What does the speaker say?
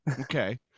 Okay